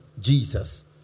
jesus